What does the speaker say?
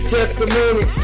testimony